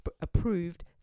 approved